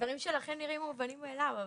דברים שלכם נראים מובנים מאליהם,